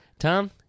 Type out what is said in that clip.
Tom